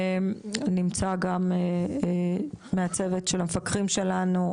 נמצא גם מהצוות של המפקחים שלנו,